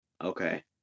Okay